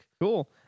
Cool